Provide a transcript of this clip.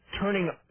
turning